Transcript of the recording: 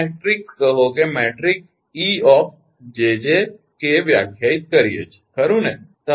આપણે મેટ્રિક્સ કહો કે મેટ્રિક્સ 𝑒𝑗𝑗𝑘 વ્યાખ્યાયિત કરીએ છીએ ખરુ ને